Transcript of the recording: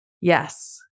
yes